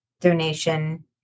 donation